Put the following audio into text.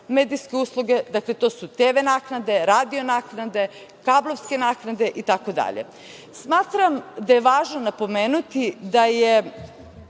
medijske usluge. Dakle, to su TV naknade, radio naknade, kablovske naknade itd. Smatram da je važno napomenuti da je